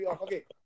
Okay